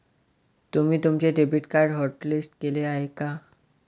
तुम्ही तुमचे debit card hotlist केले आहे का?